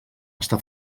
està